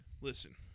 Listen